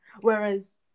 Whereas